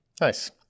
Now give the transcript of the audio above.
Nice